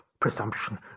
presumption